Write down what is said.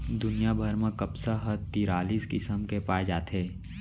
दुनिया भर म कपसा ह तिरालिस किसम के पाए जाथे